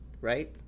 right